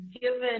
given